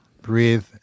breathe